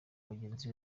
bagenzi